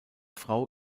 frau